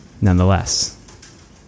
nonetheless